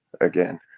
Again